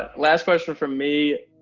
ah last question from me.